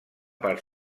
part